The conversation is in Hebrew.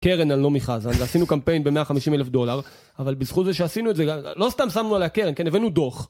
קרן על נעמי חזן, ועשינו קמפיין ב-150 אלף דולר, אבל בזכות זה שעשינו את זה, לא סתם שמנו עליה קרן, כן? הבאנו דוח